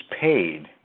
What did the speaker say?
paid